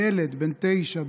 ילד בן תשע,